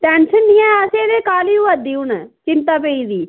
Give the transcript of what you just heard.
tension निं है असें ते काह्ली होई दी हून चिंता पेई दी